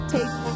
Take